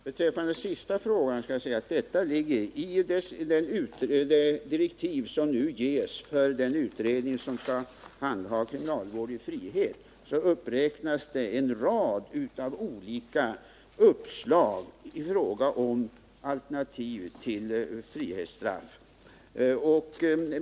Herr talman! På den sista frågan kan jag svara att detta ingår i de direktiv som nu ges till utredningen om kriminalvård i frihet. I direktiven uppräknas en rad olika uppslag i fråga om alternativ till frihetsstraff.